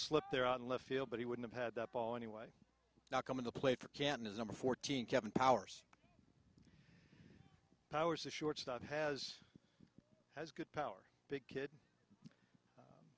slip there out in left field but he would have had the ball anyway not come into play for canton is number fourteen kevin powers powers to shortstop has as good power big kid